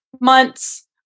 months